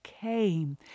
came